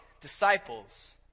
disciples